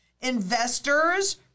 investors